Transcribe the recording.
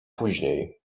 później